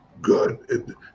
Good